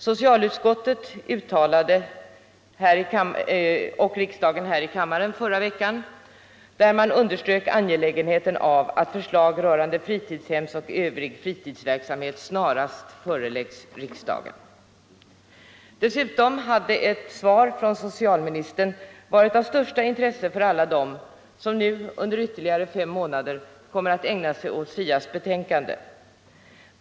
Socialutskottet har i ett uttalande, som riksdagen anslöt sig till här i kammaren i förra veckan, understrukit angelägenheten av att förslag rörande fritidshemsoch övrig fritidsverksamhet snarast föreläggs riksdagen. Dessutom hade ett svar från socialministern varit av största intresse för alla dem som nu under ytterligare fem månader kommer att ägna sig åt SIA:s betänkande.